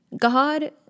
God